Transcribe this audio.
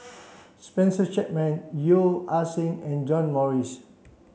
Spencer Chapman Yeo Ah Seng and John Morrice